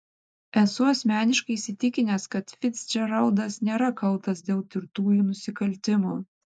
esu asmeniškai įsitikinęs kad ficdžeraldas nėra kaltas dėl tirtųjų nusikaltimų